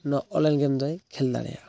ᱚᱱᱟ ᱚᱱᱞᱟᱭᱤᱱ ᱜᱮᱢᱫᱚᱭ ᱠᱷᱮᱞ ᱫᱟᱲᱮᱭᱟᱜᱼᱟ